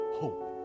hope